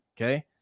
okay